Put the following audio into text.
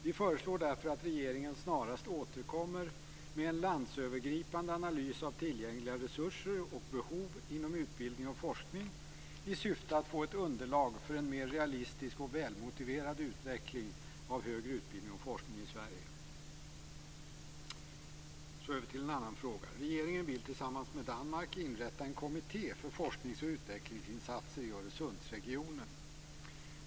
Vi föreslår därför att regeringen snarast återkommer med en landsövergripande analys av tillgängliga resurser och behov inom utbildning och forskning i syfte att få ett underlag för en mer realistisk och välmotiverad utveckling av högre utbildning och forskning i Sverige. Så över till en annan fråga. Regeringen vill tillsammans med Danmark inrätta en kommitté för forsknings och utvecklingsinsatser i Öresundsregionen.